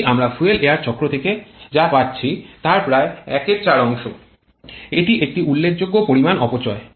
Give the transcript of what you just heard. এটি আমরা fuel air চক্র থেকে যা পাচ্ছি তার প্রায় ১ এর ৪ অংশ এটি একটি উল্লেখযোগ্য পরিমাণ অপচয়